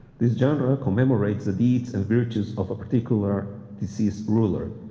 this general commemorates the deeds and virtues of a particular deceased ruler,